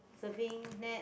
surfing net